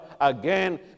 again